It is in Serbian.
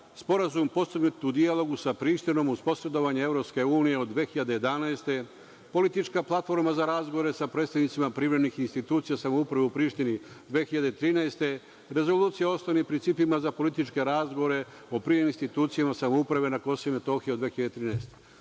Sporazum postignut u dijalogu sa Prištinom uz posredovanje EU od 2011. godine, politička platforma za razgovore sa predstavnicima privremenih institucija samouprave u Prištini 2013. godine, Rezolucija o osnovnim principima za političke razgovore sa privremenim institucijama samouprave na KiM od 2013.